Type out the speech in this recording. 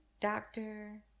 Doctor